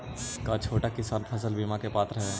का छोटा किसान फसल बीमा के पात्र हई?